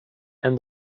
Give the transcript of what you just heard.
and